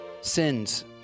sins